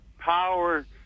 power